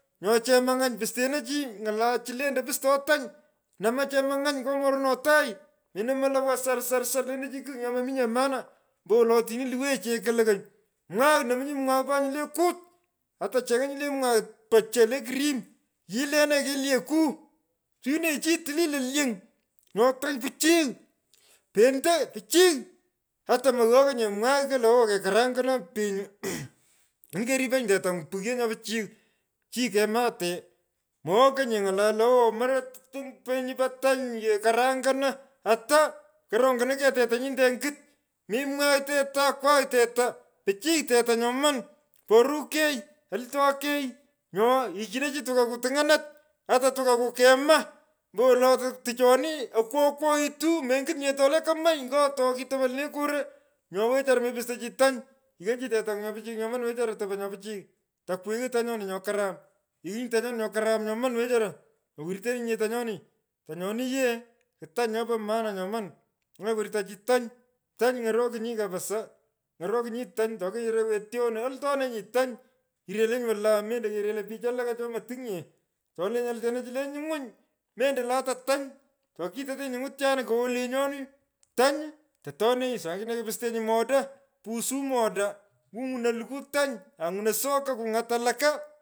Nyo chemuny’any. pusteno chi ny’ala chu lendoi pusto tanyi. Nama chemang’any ngo morno tagh. menomoy lo wo sarsarsar. kentachi kigh nyo mo minyee maana. ombowolo. otini lowenyi chekolokony. mwagh. nominyi mwagh mpaka nyini. le kut. ata cheko nyini le mwagh po cho le cream. yilenenyi kelyeku. suwinenyi chinyi tilil lo lyony. Nyo tany pichiy. pento pichiy. ata moyony’onye mwagh lo awo kekaranyana penyi. Otini keripenyi tetang’u pighyo nyoi pichiy. chinyi kemute. mowokonye ng’ala lo awo moroy penyi po tany kekarangana ata. korongoni teta nyinte ongit. Mi mwagh teta akwagh tetu. pichiy teta nyoman. porukei. yoltokei. Nyo yighchino chi tukaku tuny’anat ata tukaku. kema. ombowolo tichoni okwaghito. menyut nye tole kemei ngo to kitope lenee koro. Nyo wechara. mepusto chi tany. yighaa chi tetany’u nyo pichiy nyoman wechara topon nyo pichiy. tokwighi tanyoni nyo karama. ighinyi tanyoni nyo karam nyoman wechara. mowirteninyine tanyoni. Tanyoni yee. ku tany nyopoi maana nyoman. mewirta chi tany. Tany ny’orokinyi kapsaa ny’orokinyi tany. tokeyoro wete ono. altonenyi tany irelenyi wala mendo kerelei pich walaka choma tingnye. Tolenyi altena chile nyungwiny. mendo lata tany. tokitotenyi nyungwityan kowo lenyoni. Tany. totonenyi saaingine ipustenyi moda. Pusu moda. kungwunoi kuluku tany any’unoi sokoi kung’at walaka.